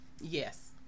Yes